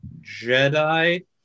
Jedi